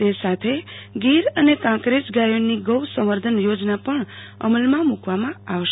તે સાથે ગોર અને કાકરેજ ગાયોની ગૌસંવર્ધન યોજના પણ અમલમાં મુકવામાં આવશે